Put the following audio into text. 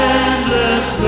endless